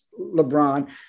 LeBron